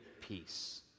peace